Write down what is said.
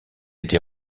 été